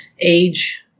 age